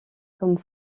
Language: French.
comme